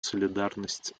солидарность